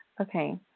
okay